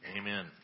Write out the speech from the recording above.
Amen